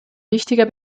wichtiger